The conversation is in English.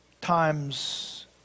times